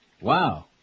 Wow